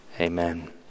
Amen